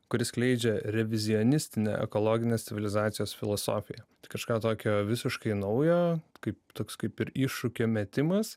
kuri skleidžia revizionistinę ekologinės civilizacijos filosofiją kažką tokio visiškai naujo kaip toks kaip ir iššūkio metimas